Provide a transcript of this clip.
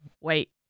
wait